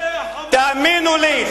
אשרי ה"חמאס" תאמינו לי,